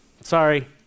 Sorry